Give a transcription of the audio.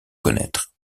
connaître